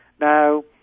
Now